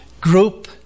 group